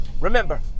Remember